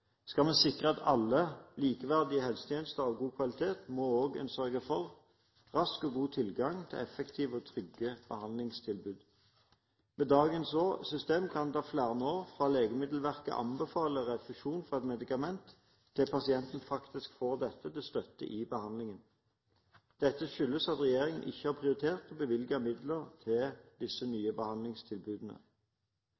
Skal vi sikre alle likeverdige helsetjenester av god kvalitet, må en også sørge for rask og god tilgang til effektive og trygge behandlingstilbud. Med dagens system kan det ta flere år fra Legemiddelverket anbefaler refusjon for et medikament, til pasienten faktisk får dette til støtte i behandlingen. Dette skyldes at regjeringen ikke har prioritert å bevilge midler til disse